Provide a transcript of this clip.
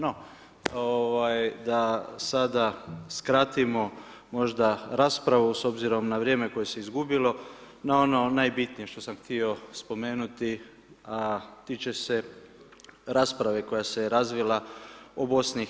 No, ovaj da sada skratimo možda raspravu s obzirom na vrijeme koje se izgubilo na ono najbitnije što sam htio spomenuti, a tiče se rasprave koja se je razvila o BiH.